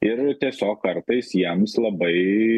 ir tiesiog kartais jiems labai